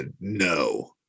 no